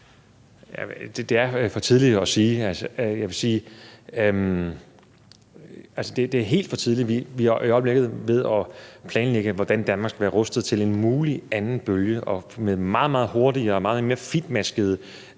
Det er alt for tidligt at sige noget om. Vi er i øjeblikket ved at planlægge, hvordan Danmark skal være rustet til en mulig anden bølge med meget, meget hurtigere og mere fintmaskede